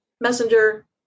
Messenger